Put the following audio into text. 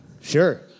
Sure